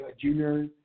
Junior